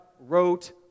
wrote